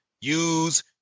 use